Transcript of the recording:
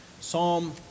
Psalm